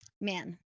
man